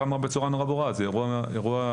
אמר בצורה נורא ברורה: זה אירוע ממשלתי,